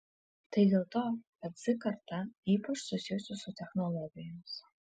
tai dėl to kad z karta ypač susijusi su technologijomis